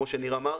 כמו שניר אמר,